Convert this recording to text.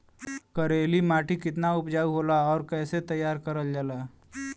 करेली माटी कितना उपजाऊ होला और कैसे तैयार करल जाला?